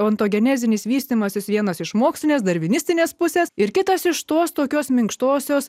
ontogenezės vystymasis vienas iš mokslinės darvinistinės pusės ir kitas iš tos tokios minkštosios